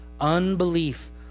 unbelief